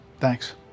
Thanks